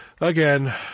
Again